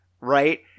right